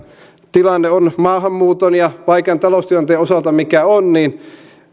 tilanne on maahanmuuton ja vaikean taloustilanteen osalta mikä on että